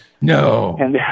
No